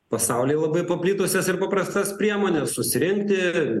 pasaulyje labai paplitusias ir paprastas priemones susirinkti